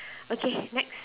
okay next